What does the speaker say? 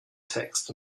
text